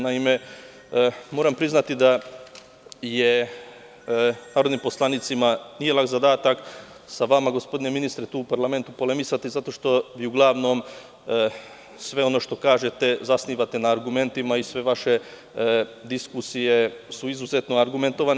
Naime, moram priznati narodnim poslanicima da nije lak zadatak sa vama, gospodine ministre, tu u parlamentu polemisati, zato što uglavnom sve ono što kažete, zasnivate na argumentima i sve vaše diskusije su izuzetno argumentovane.